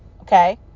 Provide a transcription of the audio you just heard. Okay